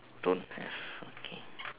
don't have